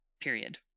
period